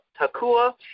Takua